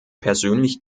persönlich